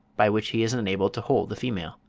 by which he is enabled to hold the female.